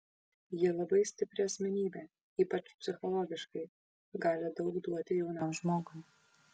ji labai stipri asmenybė ypač psichologiškai gali daug duoti jaunam žmogui